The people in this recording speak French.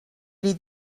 les